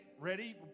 ready